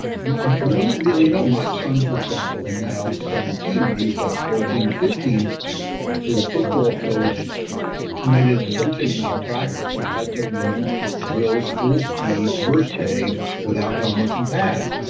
we we don't really know. my son, for example, who's now seventeen when he was about fourteen or fifteen his football coach committed coaching malpractice and had them run drills full speed, first day without helmets and pads.